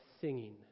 singing